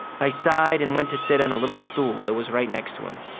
i sighed and went to sit on a little stool that was right next to him.